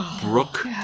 Brooke